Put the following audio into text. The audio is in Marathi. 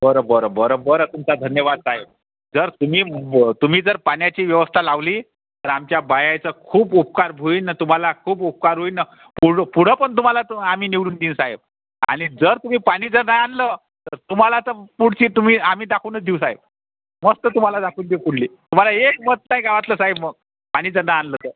बरं बरं बरं बरं तुमचा धन्यवाद साहेब जर तुम्ही तुम्ही जर पाण्याची व्यवस्था लावली तर आमच्या बायाचं खूप उपकार होईन ना तुम्हाला खूप उपकार होईन ना पुढं पुढं पण तुम्हाला तर आमी निवडून देऊ साहेब आणि जर तुम्ही पाणी जर नाही आणलं तर तुम्हाला तर पुढची तुम्ही आम्ही दाखवूनच देऊ साहेब मस्त तुम्हाला दाखवून देऊ पुढली तुम्हाला एक मत नाही गावातलं साहेब मग पाणी जर नाही आणलं तर